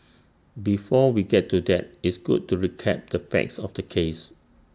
before we get to that it's good to recap the facts of the case